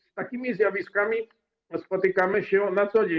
Z takimi zjawiskami spotykamy się na co dzień.